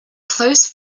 close